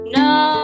no